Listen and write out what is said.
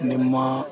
ನಿಮ್ಮ